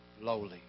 lowly